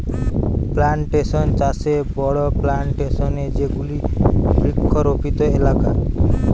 plantation চাষে বড়ো plantation এ যেগুলি বৃক্ষরোপিত এলাকা